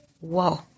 Whoa